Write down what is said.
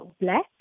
black